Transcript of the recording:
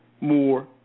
more